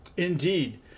Indeed